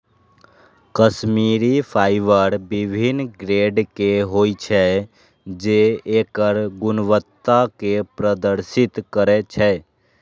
Kashmiri fibre विभिन्न grade के होइ छै, जे एकर गुणवत्ता कें प्रदर्शित करै छै